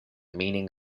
meaning